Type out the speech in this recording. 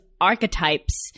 archetypes